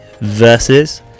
versus